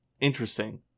interesting